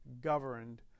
governed